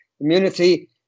immunity